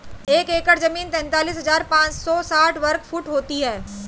एक एकड़ जमीन तैंतालीस हजार पांच सौ साठ वर्ग फुट होती है